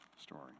story